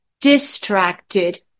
distracted